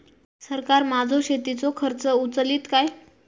सरकार माझो शेतीचो खर्च उचलीत काय?